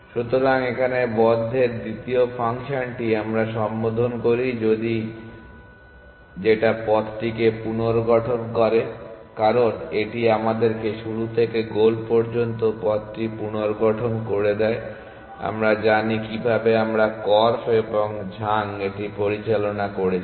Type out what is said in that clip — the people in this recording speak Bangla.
সুতরাং এখানে বদ্ধের দ্বিতীয় ফাংশনটি আমরা সম্বোধন করি যেটা পথটিকে পুনর্গঠন করে কারণ এটি আমাদেরকে শুরু থেকে গোল পর্যন্ত পথটি পুনর্গঠন করে দেয় আমরা জানি কিভাবে আমরা কর্ফ এবং ঝাং এটি পরিচালনা করেছেন